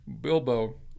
Bilbo